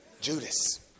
Judas